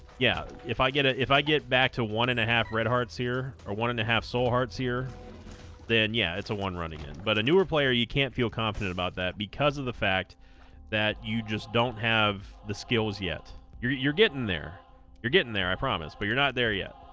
yeah if i get it if i get back to one-and-a-half red hearts here or one-and-a-half soul hearts here then yeah it's a one-run again but a newer player you can't feel confident about that because of the fact that you just don't have the skills yet you're you're getting there you're getting there i promise but you're not there yet